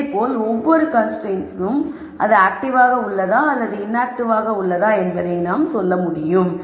இதேபோல் ஒவ்வொரு கன்ஸ்ரைன்ட்ஸ்க்கும் அது ஆக்டிவாக உள்ளதா அல்லது இன்ஆக்ட்டிவாக என்பதை நாம் சொல்ல முடியும்